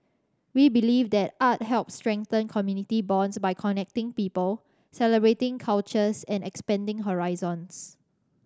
we believe that art helps strengthen community bonds by connecting people celebrating cultures and expanding horizons